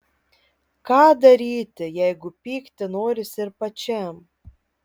ką daryti jeigu pykti norisi ir pačiam